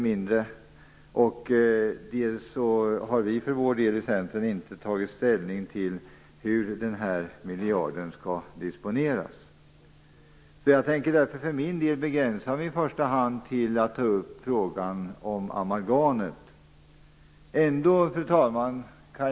Vi i Centern har inte tagit ställning till hur denna miljard skall disponeras. Därför tänker jag begränsa mig till att ta upp frågan om amalgamet. Fru talman!